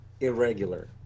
irregular